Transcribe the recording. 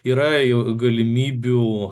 yra jau galimybių